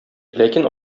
ләкин